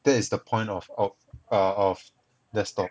that is the point of of ah of desktop